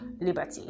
liberty